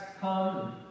come